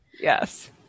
Yes